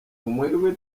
umuherwe